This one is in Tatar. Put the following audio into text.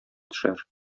төшәр